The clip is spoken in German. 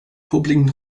popeligen